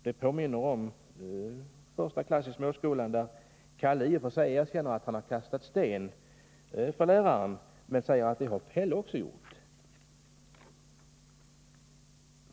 Det påminner om första klass i småskolan, där Kalle i och för sig erkänner för läraren att han har kastat sten, men säger att det har Pelle också gjort.